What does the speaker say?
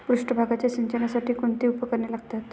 पृष्ठभागाच्या सिंचनासाठी कोणती उपकरणे लागतात?